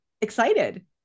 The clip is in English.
excited